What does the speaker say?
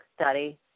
study